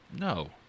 no